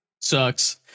sucks